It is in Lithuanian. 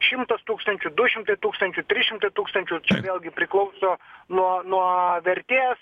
šimtas tūkstančių du šimtai tūkstančių trys šimtai tūkstančių vėlgi priklauso nuo nuo vertės